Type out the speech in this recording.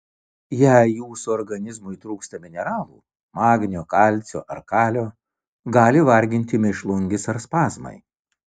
jei jūsų organizmui trūksta mineralų magnio kalcio ar kalio gali varginti mėšlungis ar spazmai